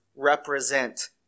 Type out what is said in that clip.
Represent